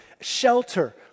shelter